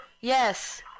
Yes